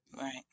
Right